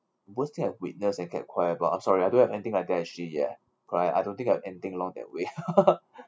worse thing I've witnessed and kept quiet but I'm sorry I don't have anything like that actually ya correct I don't think I have anything along that way